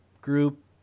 group